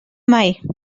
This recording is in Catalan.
mai